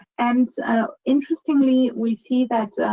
and interestingly, we see that